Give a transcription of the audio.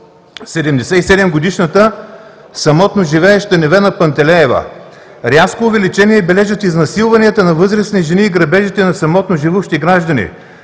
77-годишната самотно живееща Невена Панталеева. Рязко увеличение бележат изнасилванията на възрастни жени и грабежите на самотно живущи граждани.